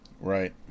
right